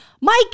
Mike